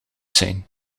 zijn